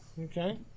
Okay